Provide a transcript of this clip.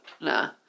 Nah